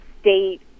state